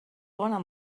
bona